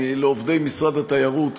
לעובדי משרד התיירות,